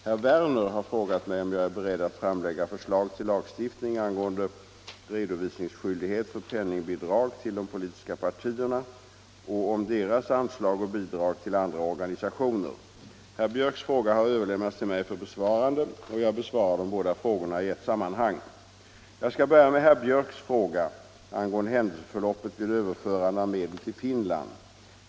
Herr Werner har frågat mig om jag är beredd att framlägga förslag till lagstiftning angående redovisningsskyldighet för penningbidrag till de politiska partierna och om deras anslag och bidrag till andra organisationer. Herr Björcks fråga har överlämnats till mig för besvarande. Jag besvarar de båda frågorna i ett sammanhang. Jag skall börja med herr Björcks fråga angående händelseförloppet vid överförandet av medel till Finland.